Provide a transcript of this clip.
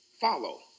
follow